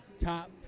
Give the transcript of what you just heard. top